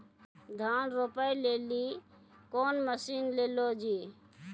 धान रोपे लिली कौन मसीन ले लो जी?